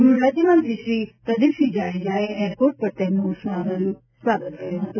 ગૃહ રાજ્યમંત્રી શ્રી પ્રદિપસિંહ જાડેજાએ એરપોર્ટ પર તેમનું ઉષ્માભેર સ્વાગત કર્યું હતું